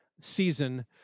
season